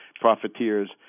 profiteers